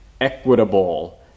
equitable